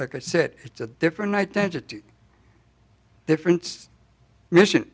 like i said it's a different identity difference mission